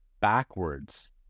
backwards